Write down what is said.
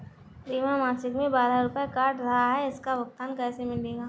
बीमा मासिक में बारह रुपय काट रहा है इसका भुगतान कैसे मिलेगा?